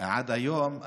עד היום,